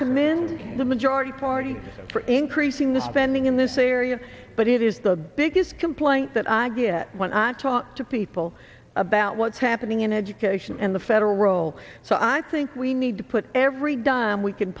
m in the majority party for increasing the spending in this area but it is the biggest complaint that i get when i talk to people about what's happening in education and the federal role so i think we need to put every dime we can